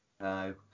No